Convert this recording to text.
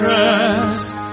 rest